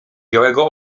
białego